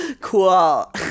cool